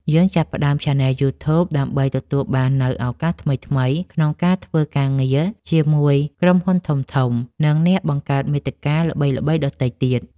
យើងចាប់ផ្តើមឆានែលយូធូប ដើម្បីទទួលបាននូវឱកាសថ្មីៗក្នុងការធ្វើការងារជាមួយក្រុមហ៊ុនធំៗ និងអ្នកបង្កើតមាតិកាល្បីៗដទៃទៀត។